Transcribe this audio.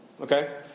Okay